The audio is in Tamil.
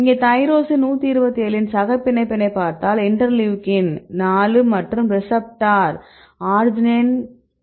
இங்கே தைரோசின் 127 இன் சக பிணைப்பினை பார்த்தால் இன்டர்லூயூகின் 4 மற்றும் ரிசப்டார் அர்ஜினைன் 85 ஆகும்